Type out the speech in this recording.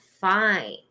fine